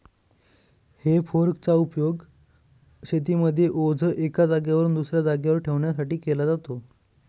हे फोर्क चा उपयोग शेतीमध्ये ओझ एका जागेवरून दुसऱ्या जागेवर ठेवण्यासाठी केला जातो